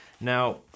Now